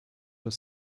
your